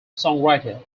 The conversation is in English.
songwriter